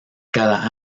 cada